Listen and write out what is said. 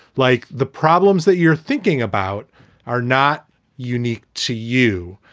like, the problems that you're thinking about are not unique to you.